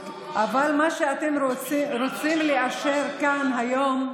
אבל מה שאתם רוצים לאשר כאן היום,